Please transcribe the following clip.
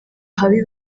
ahabi